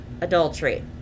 adultery